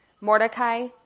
Mordecai